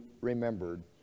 remembered